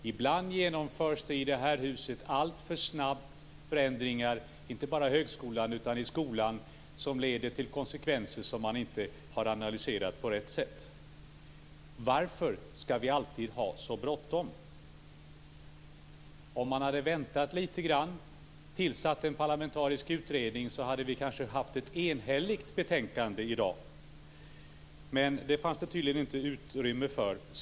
Ibland genomförs det i detta hus alltför snabbt förändringar, inte bara inom högskolan utan även inom skolan, som får konsekvenser som inte har analyserats på rätt sätt. Varför skall vi alltid ha så bråttom? Om regeringen hade väntat litet grand och tillsatt en parlamentarisk utredning hade vi kanske haft ett enhälligt betänkande i dag. Men det fanns tydligen inte utrymme för det.